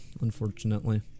unfortunately